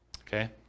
Okay